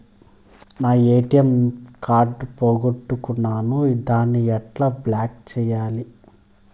నా ATM card పోగొట్టుకున్నాను, దాన్ని ఎట్లా బ్లాక్ సేయాలి?